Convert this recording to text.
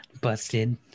busted